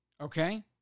Okay